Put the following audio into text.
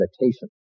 meditation